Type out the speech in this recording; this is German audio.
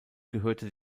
gehörte